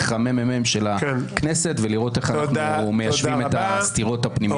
הממ"מ של הכנסת ולראות איך אנחנו מיישבים את הסתירות הפנימיות שלך.